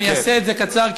אעשה את זה קצר,